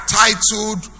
titled